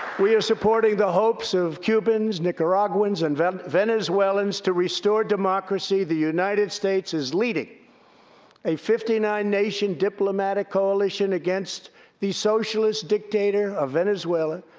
we are supporting the hopes of cubans, nicaraguans, and venezuelans to restore democracy. the united states is leading a fifty nine nation diplomatic coalition against the socialist dictator of venezuela,